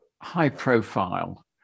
high-profile